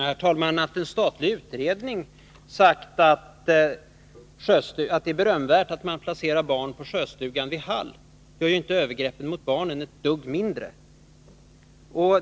Herr talman! Att en statlig utredning har sagt att det är berömvärt att placera barn på Sjöstugan vid Hall gör inte övergreppet mot barnen ett dugg mindre.